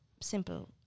simple